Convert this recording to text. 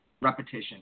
Repetition